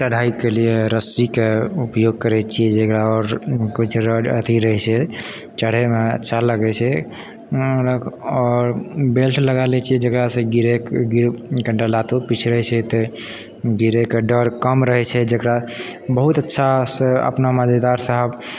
चढ़ाइके लिए रस्सीके ऊपयोग करै छियै जकरा आओर किछु रॉड अथी रहै छै चढ़ैमे अच्छा लगै छै आओर बेल्ट लगाए लै छियै जकरासँ गिरैके लातो पिछड़ै छै तऽ गिरैके डर कम रहै छै जकरा बहुत अच्छासँ अपना मजेदारसँ